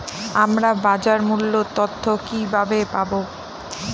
আমরা বাজার মূল্য তথ্য কিবাবে পাবো?